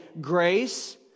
grace